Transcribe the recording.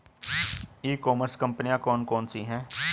ई commerce कंपनियाँ कौन कौन सी हैं?